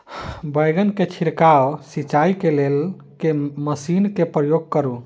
बैंगन केँ छिड़काव सिचाई केँ लेल केँ मशीन केँ प्रयोग करू?